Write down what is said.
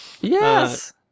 Yes